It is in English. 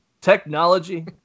Technology